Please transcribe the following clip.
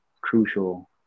crucial